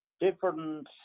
different